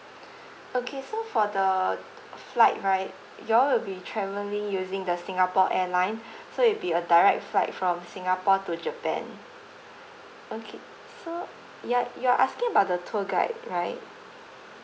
okay so for the flight right y'all will be travelling using the singapore airline so it'll be a direct flight from singapore to japan okay so you're you're asking about the tour guide right